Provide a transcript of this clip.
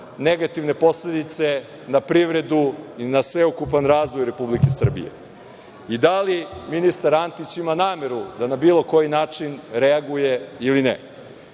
negativne posledice na privredu i na sveukupan razvoj Republike Srbije. Da li ministar Antić ima nameru da na bilo koji način reaguje ili